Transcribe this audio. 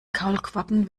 kaulquappen